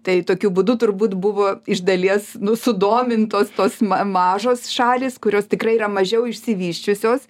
tai tokiu būdu turbūt buvo iš dalies nu sudomintos tos ma mažos šalys kurios tikrai yra mažiau išsivysčiusios